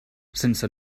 sense